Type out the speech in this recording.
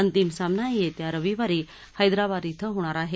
अंतिम सामना येत्या रविवारी हैदराबाद धिं होणार आहे